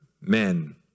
men